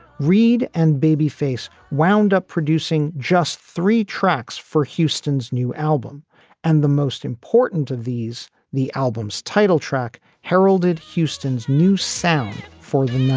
reid and babyface wound up producing just three tracks for houston's new album and the most important of these the album's title track heralded houston's new sound for the